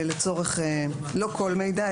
לא כל מידע,